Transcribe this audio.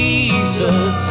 Jesus